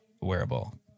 wearable